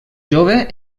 jove